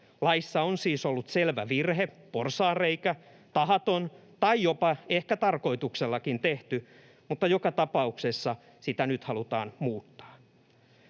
Laissa on siis ollut selvä virhe, porsaanreikä, tahaton tai jopa ehkä tarkoituksellakin tehty, mutta joka tapauksessa sitä nyt halutaan muuttaa.